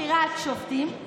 בחירת שופטים,